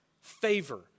favor